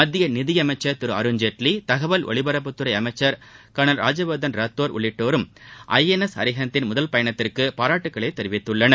மத்திய நிதியமைச்சர் திரு அருண்ஜேட்வி தகவல் ஒலிபரப்புத்துறை அமைச்சர் கர்னல் ராஜ்யவர்தன் ரத்தோர் உள்ளிட்டோரும் ஐ என் எஸ் அரிஹந்த் தின் முதல் பயணத்திற்கு பாராட்டுகளை தெரிவித்துள்ளனர்